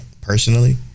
personally